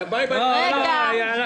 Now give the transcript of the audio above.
אל תגידי את זה.